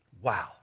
Wow